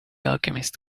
alchemist